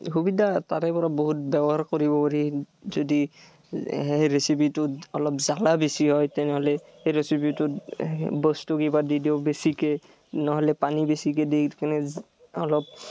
সুবিধা তাৰে পৰা বহুত ব্যৱহাৰ কৰিব পাৰি যদি সেই ৰেচিপিটোত অলপ জ্বলা বেছি হয় তেনেহ'লে সেই ৰেচিপিটোত বস্তু কিবা দি দিওঁ বেছিকৈ নহ'লে পানী বেছিকৈ দি কিনে অলপ